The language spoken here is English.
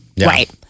right